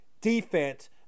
defense